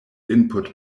input